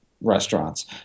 restaurants